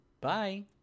Bye